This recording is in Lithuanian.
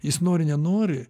jis nori nenori